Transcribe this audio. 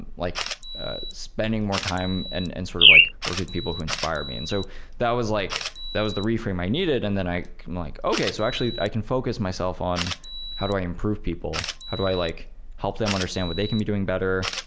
ah like spending more time and and sort of like work with people who inspire me. and so that was like that was the reframe i needed and then i'm like okay, so actually i can focus myself on how do i improve people? how do i like help them understand what they can be doing better,